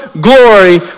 glory